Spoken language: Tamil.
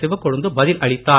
சிவக்கொழுந்து பதில் அளித்தார்